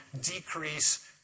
decrease